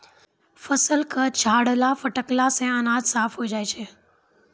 फसल क छाड़ला फटकला सें अनाज साफ होय जाय छै